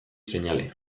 seinale